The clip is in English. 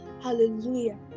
Hallelujah